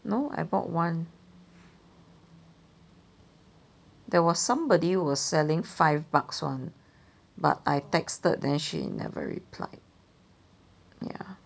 no I bought one there was somebody who was selling five bucks [one] but I texted then she never reply ya